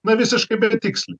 na visiškai tiksliai